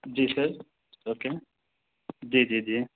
جی sir okay جی جی جی